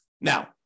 Now